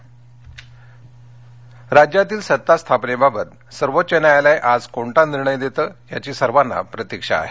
राज्यकीय राज्यातील सत्ता स्थापनेबाबत सर्वोच्च न्यायालय आज कोणता निर्णय देतं याची सर्वांना प्रतीक्षा आहे